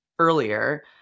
Earlier